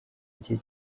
gihe